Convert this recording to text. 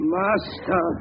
master